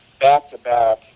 back-to-back